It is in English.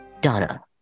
Donna